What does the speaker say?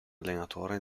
allenatore